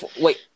wait